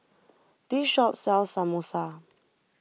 this shop sells Samosa